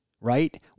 right